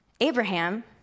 Abraham